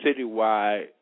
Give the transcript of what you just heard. citywide